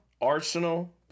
Arsenal